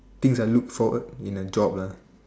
things I look for in a job lah